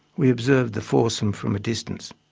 we observed the foursome from a distance.